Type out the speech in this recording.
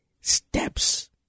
steps